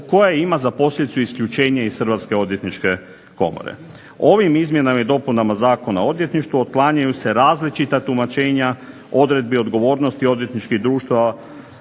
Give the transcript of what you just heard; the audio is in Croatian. koje ima za posljedicu isključenje iz Hrvatske odvjetničke komore. Ovim izmjenama i dopunama Zakona o odvjetništvu otklanjaju se različita tumačenja odredbi odgovornosti odvjetničkih društava,